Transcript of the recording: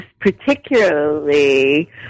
particularly